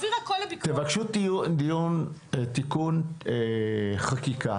תבקשו דיון תיקון חקיקה